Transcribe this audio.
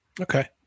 Okay